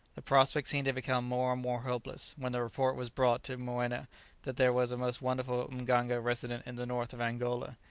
the prospect seemed to become more and more hopeless, when the report was brought to moena that there was a most wonderful mganga resident in the north of angola.